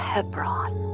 Hebron